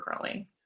growing